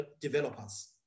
developers